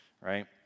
right